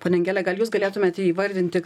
ponia angele gal jūs galėtumėte įvardinti